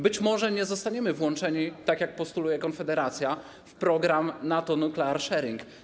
Być może nie zostaniemy włączeni, tak jak postuluje Konfederacja, w program NATO Nuclear Sharing.